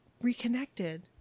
reconnected